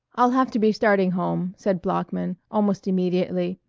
i'll have to be starting home, said bloeckman, almost immediately.